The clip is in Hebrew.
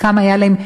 חלקם היה להם,